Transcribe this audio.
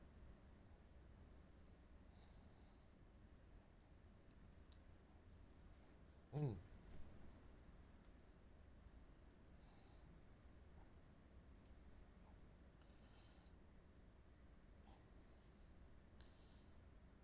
mm